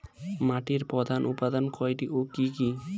মাটির প্রধান উপাদান কয়টি ও কি কি?